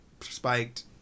spiked